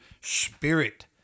spirit